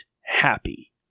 happy